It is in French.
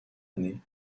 année